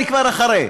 אני כבר אחרי.